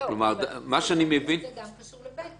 זה גם קשור ל-(ב).